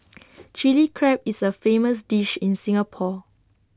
Chilli Crab is A famous dish in Singapore